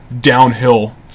downhill